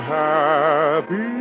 happy